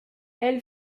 elle